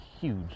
huge